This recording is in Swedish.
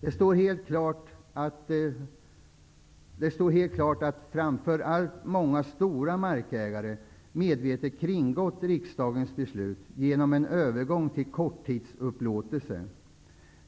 Det står helt klart att framför allt många stora markägare medvetet kringgått riksdagens beslut genom en övergång till korttidsupplåtelser.